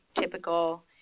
typical